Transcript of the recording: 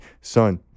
son